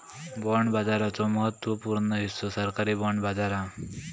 bond बाजाराचो महत्त्व पूर्ण हिस्सो सरकारी बाँड बाजार हा